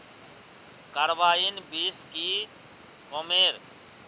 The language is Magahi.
कार्बाइन बीस की कमेर?